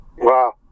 Wow